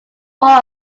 one